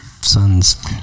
sons